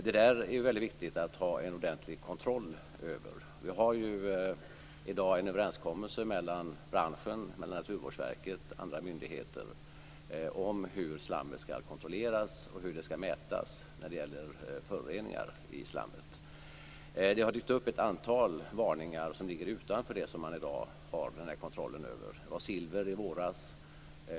Det där är det mycket viktigt att ha en ordentlig kontroll över. Vi har i dag en överenskommelse mellan branschen, Naturvårdsverket och andra myndigheter om hur slammet ska kontrolleras och hur föroreningar i slammet ska mätas. Det har dykt upp ett antal varningar som ligger utanför det som man i dag har kontroll över. Det var silver i våras.